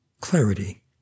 clarity